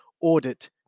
audit